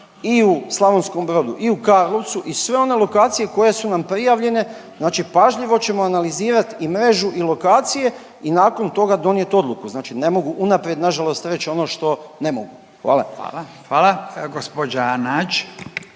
i u Slavonskom Brodu i u Karlovcu i sve one lokacije koje su nam prijavljene, znači pažljivo ćemo analizirat i mrežu i lokacije i nakon toga donijet odluku, znači ne mogu unaprijed nažalost reć ono što ne mogu, hvala. **Radin,